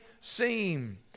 seem